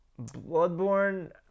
bloodborne